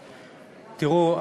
תראו,